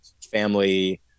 family